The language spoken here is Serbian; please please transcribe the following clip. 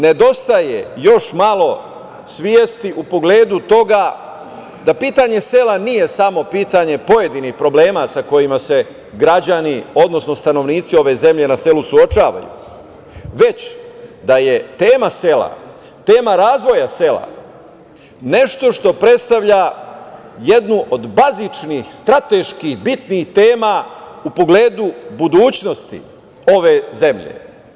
Nedostaje još malo svesti u pogledu toga da pitanje sela nije samo pitanje pojedinih problema sa kojima se građani, odnosno stanovnici ove zemlje na selu suočavaju, već da je tema sela, tema razvoja sela nešto što predstavlja jednu od bazičnih, strateški bitnih tema u pogledu budućnosti ove zemlje.